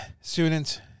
students